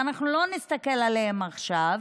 ואנחנו לא נסתכל עליהם עכשיו,